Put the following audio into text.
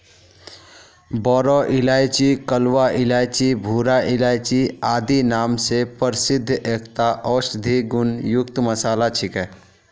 बोरो इलायची कलवा इलायची भूरा इलायची आदि नाम स प्रसिद्ध एकता औषधीय गुण युक्त मसाला छिके